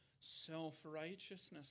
self-righteousness